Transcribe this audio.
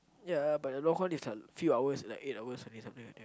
ya but a long one is like few hours like eight hours only something like that